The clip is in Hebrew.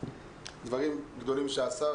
דברים גדולים שעשה,